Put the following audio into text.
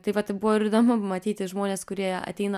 tai va tai buvo ir įdomu pamatyti žmones kurie ateina